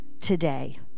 today